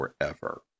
forever